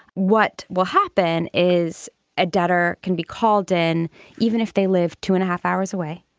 what will happen is a debtor can be called in even if they live two and a half hours away.